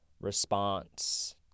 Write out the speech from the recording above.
response